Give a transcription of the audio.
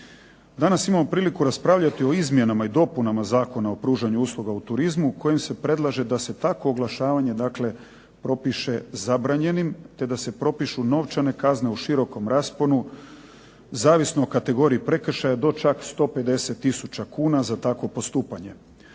Danas imamo priliku raspravljati o izmjenama i dopunama Zakona o pružanju usluga u turizmu kojim se predlaže da se takvo oglašavanje propiše zabranjenim, te da se propišu novčane kazne u širokom rasponu zavisno o kategoriji prekršaja do čak 150 tisuća kuna za takvo postupanje.